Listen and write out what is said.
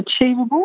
Achievable